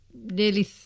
nearly